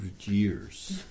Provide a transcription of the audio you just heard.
years